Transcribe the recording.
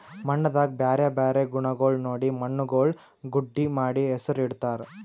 ಮಣ್ಣದಾಗ್ ಬ್ಯಾರೆ ಬ್ಯಾರೆ ಗುಣಗೊಳ್ ನೋಡಿ ಮಣ್ಣುಗೊಳ್ ಗುಡ್ಡಿ ಮಾಡಿ ಹೆಸುರ್ ಇಡತ್ತಾರ್